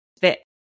fit